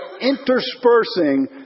interspersing